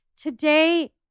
Today